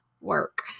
work